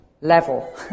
level